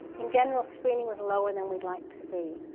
in general screening was lower than we'd like to see.